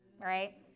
right